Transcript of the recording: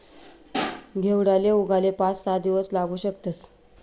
घेवडाले उगाले पाच सहा दिवस लागू शकतस